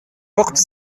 porte